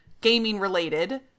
gaming-related